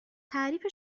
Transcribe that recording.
تعریف